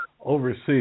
overseas